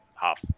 half